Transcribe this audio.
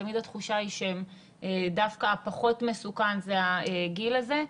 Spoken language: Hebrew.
תמיד התחושה היא שדווקא פחות מסוכן זה הגיל הזה.